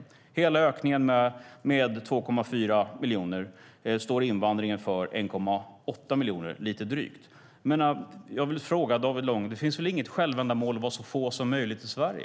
Av hela ökningen med 2,4 miljoner står invandringen för lite drygt 1,8 miljoner. Jag vill fråga David Lång: Det är väl inget självändamål att vara så få som möjligt i Sverige?